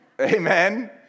Amen